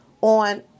on